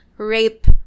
Rape